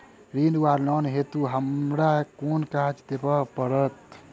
ऋण वा लोन हेतु हमरा केँ कागज देबै पड़त?